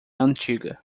antiga